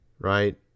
right